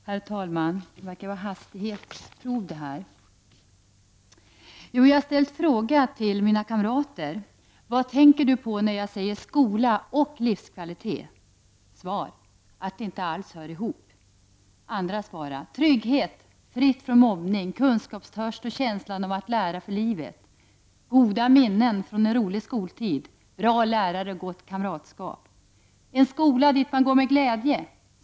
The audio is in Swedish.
Herr talman! Jag har ställt en fråga till mina kamrater: Vad tänker du på, när jag säger skola och livskvalitet? — Att det inte alls hör ihop! — Trygghet, fritt från mobbning, kunskapstörst och känslan av att lära för livet. - Goda minnen från en rolig skoltid! — Bra lärare och gott kamratskap. — En skola dit man går med glädje.